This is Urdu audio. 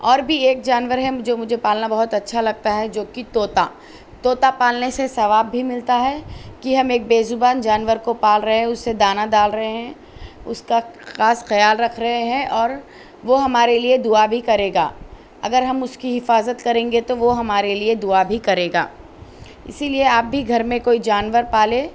اور بھی ایک جانور ہے جو مجھے پالنا بہت اچھا لگتا ہے جو کہ طوطا طوطا پالنے سے ثواب بھی ملتا ہے کہ ہم ایک بے زبان جانور کو پال رہے ہیں اسے دانا ڈال رہے ہیں اس کا خاص خیال رکھ رہے ہیں اور وہ ہمارے لیے دعا بھی کرے گا اگر ہم اس کی حفاظت کریں گے تو وہ ہمارے لیے دعا بھی کرے گا اسی لیے آپ بھی گھر میں کوئی جانور پالیں